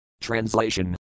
Translation